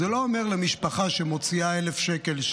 זה לא אומר שמשפחה המוציאה 1,000 שקלים,